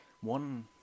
one